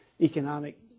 economic